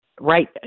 Right